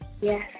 Yes